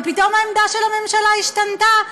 ופתאום העמדה של הממשלה השתנתה.